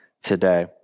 Today